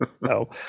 no